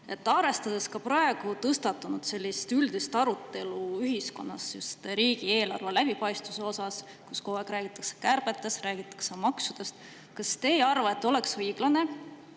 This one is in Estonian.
Arvestades ka praegu tõstatunud üldist arutelu ühiskonnas just riigieelarve läbipaistvuse üle – kogu aeg räägitakse kärbetest, räägitakse maksudest –, kas te ei arva, et oleks õiglane,